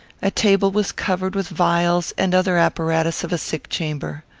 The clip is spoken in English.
a table was covered with vials and other apparatus of a sick-chamber.